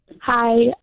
Hi